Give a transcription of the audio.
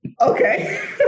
Okay